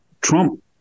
trump